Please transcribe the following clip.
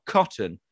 Cotton